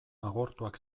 agortuak